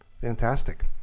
Fantastic